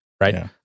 Right